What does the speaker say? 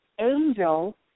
angel